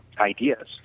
ideas